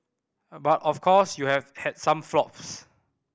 but of course you have had some flops